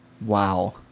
Wow